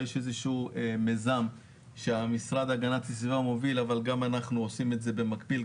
יש מיזם שמשרד הגנת הסביבה מוביל וגם אנחנו עושים את זה במקביל,